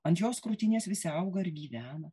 ant jos krūtinės visi auga ir gyvena